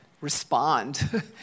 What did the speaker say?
respond